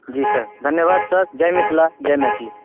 जी sir धन्यवाद sir जय मिथिला जय मैथिली